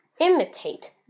Imitate